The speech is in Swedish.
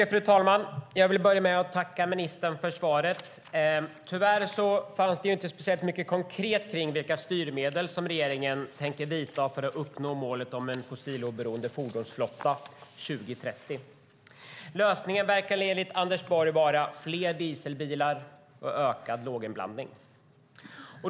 Fru talman! Jag vill börja med att tacka ministern för svaret. Tyvärr fanns det inte speciellt mycket konkret kring vilka styrmedel som regeringen tänker vidta för att uppnå målet om en fossiloberoende fordonsflotta 2030. Lösningen verkar enligt Anders Borg vara fler dieselbilar och ökad låginblandning.